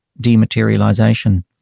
dematerialization